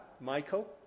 Michael